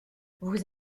vous